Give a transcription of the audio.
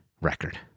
record